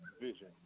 vision